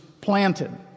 planted